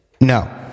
No